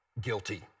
guilty